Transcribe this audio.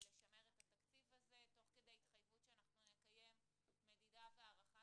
לשמר את התקציב הזה תוך כדי התחייבות שאנחנו נקיים מדידה והערכה